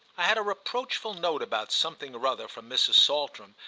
i had a reproachful note about something or other from mrs. saltram,